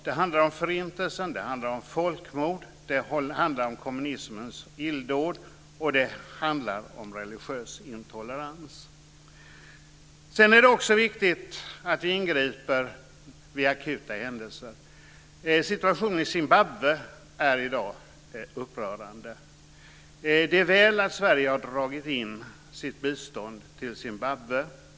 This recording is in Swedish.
Det handlar om Förintelsen. Det handlar om folkmord. Det handlar om kommunismens illdåd, och det handlar om religiös intolerans. Det är också viktigt att vi ingriper vid akuta händelser. Situationen i Zimbabwe i dag är upprörande. Det är väl att Sverige har dragit in sitt bistånd till Zimbabwe.